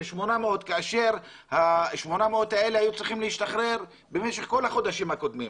800 כאשר ה-800 האלה היו צריכים להשתחרר במשך כל החודשים הקודמים.